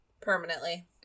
Permanently